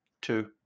Two